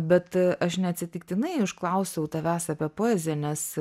bet aš neatsitiktinai užklausiau tavęs apie poeziją nes